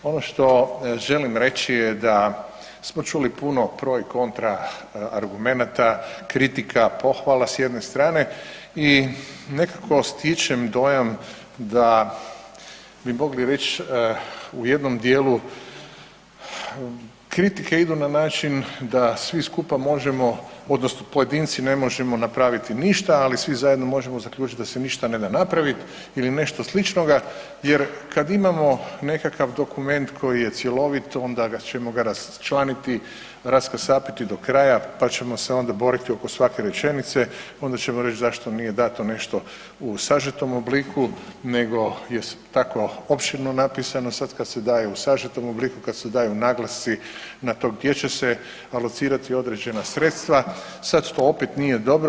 Ono što želim reći je da smo čuli pro i kontra argumenata, kritika, pohvala s jedne strane i nekako stičem dojam da bi mogli reći u jednom dijelu, kritike idu na način da svi skupa možemo, odnosno pojedinci, ne možemo napraviti ništa, ali svi zajedno možemo zaključiti da se ništa ne da napraviti ili nešto sličnoga, jer kad imamo nekakav dokument koji je cjelovit, onda ćemo ga raščlaniti, raskasapiti do kraja pa ćemo se onda boriti oko svake rečenice, onda ćemo reći zašto nije dato nešto u sažetom obliku nego je tako opširno napisano, sad kad se daje u sažetom obliku, kad se daju naglasci na to gdje će se alocirati određena sredstva, sad to opet nije dobro.